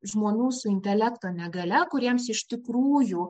žmonių su intelekto negalia kuriems iš tikrųjų